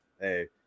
hey